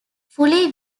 fully